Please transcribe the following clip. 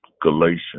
Galatians